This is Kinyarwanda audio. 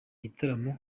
gitaramo